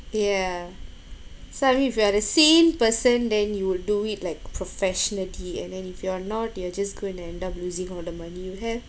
yeah so I mean if you are the same person then you would do it like professionally and then if you're not you'll just going to end up losing all the money you have